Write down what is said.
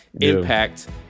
impact